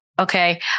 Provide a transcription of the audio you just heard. Okay